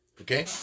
Okay